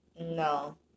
No